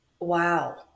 Wow